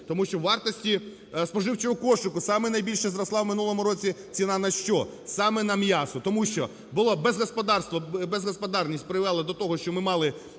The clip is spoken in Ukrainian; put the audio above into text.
Тому що в вартості споживчого кошику, саме найбільше зросла і минулому році ціна на що? Саме на м'ясо. Тому що було, безгосподарність привела до того, що ми мали